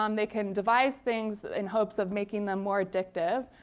um they can devise things in hopes of making them more addictive.